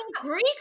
Greek